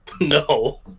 No